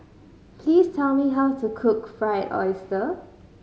please tell me how to cook Fried Oyster